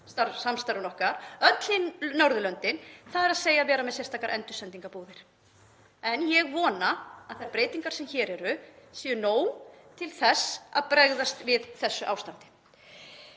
okkar, öll hin Norðurlöndin, þ.e. að vera með sérstakar endursendingarbúðir. En ég vona að þær breytingar sem hér eru séu nægar til þess að bregðast við þessu ástandi.